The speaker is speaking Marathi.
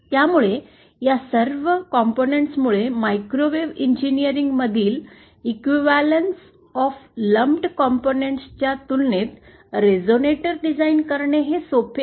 त्यामुळे या सर्व घटकांमुळे मायक्रोवेव्ह इंजिनीअरिंग मधील इक्विवलेंस ऑफ लंपेड कंपोनेंट्स च्या तुलनेत रेझोनेटर डिझाइन करणे सोपे आहे